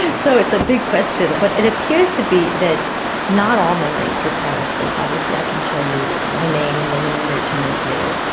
so it's a big question, but it appears to be that not all memories require sleep. obviously i can tell you my name and you'll remember it ten minutes later.